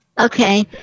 Okay